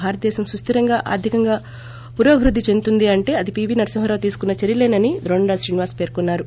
భారతదేశం సుస్దిరంగా ఆర్దికంగా పురోభివృద్ది చెందుతుంది అంటే పీవీ నరసింహరావు తీసుకున్న చర్యలేనని ద్రోణంరాజు శ్రీనివాసరావు పీర్కొన్నారు